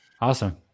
Awesome